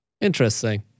interesting